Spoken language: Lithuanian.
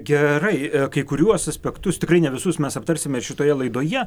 gerai kai kuriuos aspektus tikrai ne visus mes aptarsime šitoje laidoje